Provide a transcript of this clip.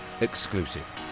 exclusive